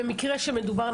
במקרה שמדובר,